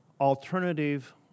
alternative